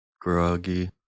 groggy